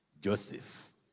Joseph